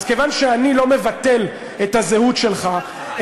אז כיוון שאני לא מבטל את הזהות שלך,